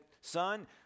son